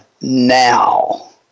Now